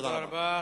תודה רבה.